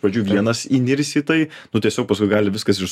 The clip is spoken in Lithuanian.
pradžių vienas įnirsi į tai nu tiesiog paskui viskas gali ir su